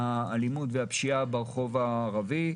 האלימות והפשיעה ברחוב הערבי,